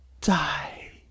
die